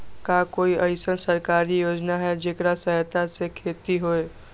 का कोई अईसन सरकारी योजना है जेकरा सहायता से खेती होय?